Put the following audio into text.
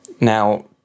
Now